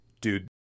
dude